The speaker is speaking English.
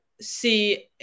see